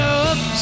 up